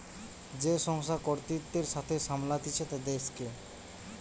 যে সংস্থা কর্তৃত্বের সাথে সামলাতিছে দেশকে